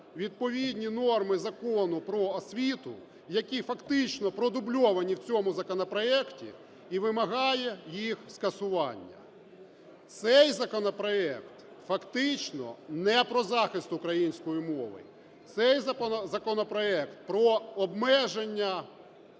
відповідні норми Закону "Про освіту", які фактичнопродубльовані в цьому законопроекті, і вимагає їх скасування. Цей законопроект фактично не про захист української мови, цей законопроект про обмеження